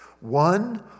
one